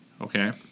Okay